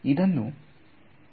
ಅನ್ನು ಹೊಂದಿದೆ